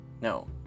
No